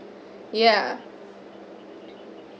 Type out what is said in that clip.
yeah